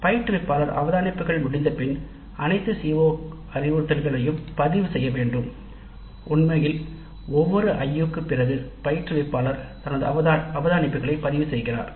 பயிற்றுவிப்பாளர் அவதானிப்புகள் முடிந்தபின் அனைத்து CO அறிவுறுத்தல்களையும் பதிவு செய்ய வேண்டும் உண்மையில் ஒவ்வொரு IU க்குப் பிறகு பயிற்றுவிப்பாளர் தனது அவதானிப்புகளை பதிவு செய்கிறார்